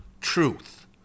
truth